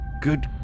Good